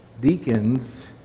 Deacons